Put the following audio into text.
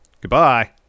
Goodbye